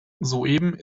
soeben